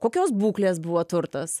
kokios būklės buvo turtas